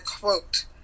quote